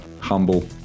humble